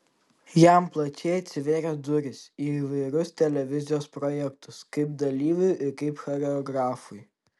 jam plačiai atsivėrė durys į įvairius televizijos projektus kaip dalyviui ir kaip choreografui